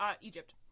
Egypt